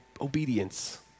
obedience